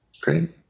Great